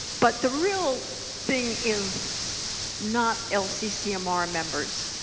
but the real thing is not lccmr members.